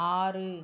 ஆறு